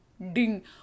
ding